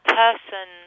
person